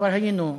כבר היינו,